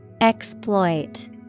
Exploit